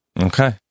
Okay